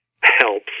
helps